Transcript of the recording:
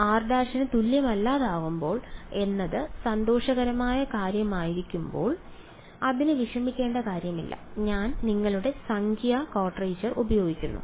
അതിനാൽ r r′ എന്നത് സന്തോഷകരമായ കാര്യമായിരിക്കുമ്പോൾ അതിൽ വിഷമിക്കേണ്ട കാര്യമില്ല ഞാൻ നിങ്ങളുടെ സംഖ്യാ ക്വാഡ്രേച്ചർ ഉപയോഗിക്കുന്നു